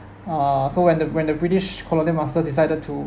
uh so when the when the british colonial master decided to